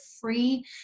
free